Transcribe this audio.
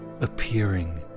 appearing